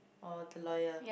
oh the lawyer